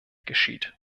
geschieht